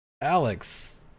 Alex